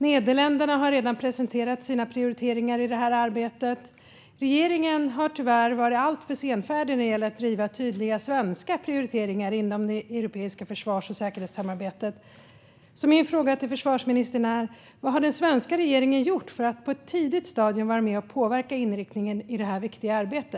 Nederländerna har redan presenterat sina prioriteringar i det arbetet. Regeringen har tyvärr varit alltför senfärdig när det gäller att driva tydliga svenska prioriteringar inom det europeiska försvars och säkerhetssamarbetet. Min fråga till försvarsministern är: Vad har den svenska regeringen gjort för att på ett tidigt stadium vara med och påverka inriktningen i detta viktiga arbete?